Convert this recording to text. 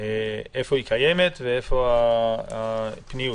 איפה היא קיימת ואיך פונים אליה?